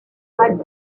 rallye